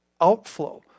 outflow